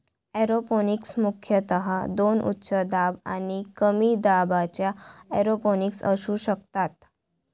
aeroponics मुख्यतः दोन उच्च दाब आणि कमी दाबाच्या एरोपोनिक्स असू शकतात